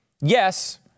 Yes